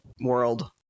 world